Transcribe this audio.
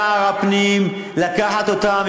הם ביקשו לבוא לפה,